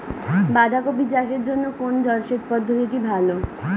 বাঁধাকপি চাষের জন্য কোন জলসেচ পদ্ধতিটি ভালো?